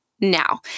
Now